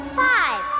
five